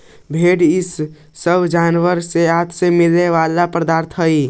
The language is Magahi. भेंड़ इ सब जानवर के आँत से मिला वाला पदार्थ हई